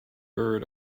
bird